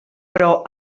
però